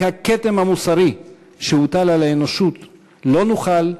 הכתם המוסרי שהוטל על האנושות לא נוכל,